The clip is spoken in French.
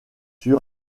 sur